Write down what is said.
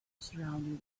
surrounding